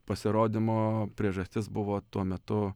pasirodymo priežastis buvo tuo metu